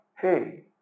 Hey